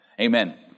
Amen